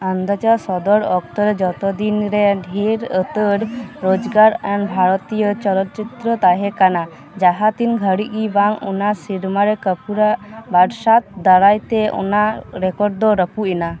ᱟᱱᱫᱟᱡᱚᱜᱼᱟ ᱥᱚᱫᱚᱨ ᱚᱠᱛᱚᱨᱮ ᱡᱷᱚᱛᱚ ᱫᱤᱱᱨᱮ ᱰᱷᱮᱨ ᱩᱛᱟᱹᱨ ᱨᱳᱡᱽᱜᱟᱨ ᱟᱱ ᱵᱷᱟᱨᱚᱛᱤᱭᱚ ᱪᱚᱞᱚᱛ ᱪᱤᱛᱟᱹᱨ ᱛᱟᱦᱮᱸ ᱠᱟᱱᱟ ᱡᱟᱦᱟᱸ ᱛᱤᱱᱟᱹᱜ ᱜᱷᱟᱲᱤᱡ ᱵᱟᱝ ᱚᱱᱟ ᱥᱮᱨᱢᱟ ᱨᱮ ᱠᱟᱹᱯᱩᱨᱟᱜ ᱵᱟᱨᱟᱥᱟᱛ ᱫᱟᱨᱟᱭᱛᱮ ᱚᱱᱟ ᱨᱮᱠᱚᱨᱰ ᱫᱚ ᱨᱟᱹᱯᱩᱫ ᱮᱱᱟ